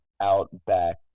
Outback